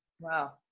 wow